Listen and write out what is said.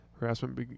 Harassment